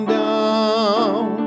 down